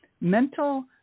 mental